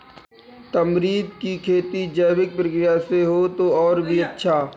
tamarind की खेती जैविक प्रक्रिया से हो तो और भी अच्छा